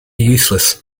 useless